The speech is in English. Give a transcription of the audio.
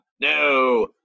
No